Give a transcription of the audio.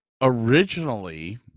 originally